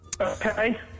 Okay